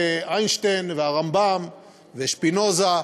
כמו איינשטיין, והרמב"ם, ושפינוזה,